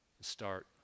Start